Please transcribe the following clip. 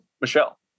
Michelle